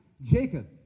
Jacob